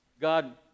God